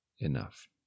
Enough